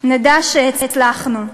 נדע שהצלחנו.